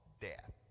death